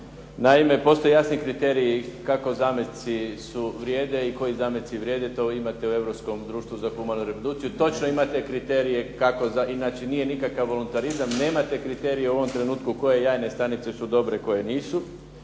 Naime, postoje jasni kriteriji kako zametci su vrijede i koji zametci vrijede, to imate u Europskom društvu za humanu reprodukciju. Točno imate kriterije kako, inače nikakav volonterizam, nemate kriterije u ovom trenutku koje jajne stanice su dobre, koje nisu.